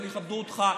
יכבדו גם אותך.